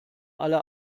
alle